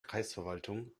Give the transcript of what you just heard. kreisverwaltung